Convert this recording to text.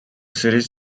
series